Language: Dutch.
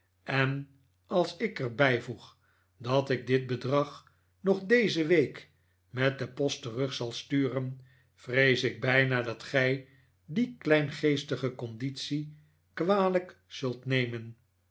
en als ik er bijvoeg dat ik dit bedrag nog deze week met de post terug zal sturen vrees ik bijna dat gij die kleingeestige conditio kwalijk zult nemen